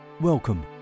Welcome